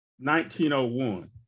1901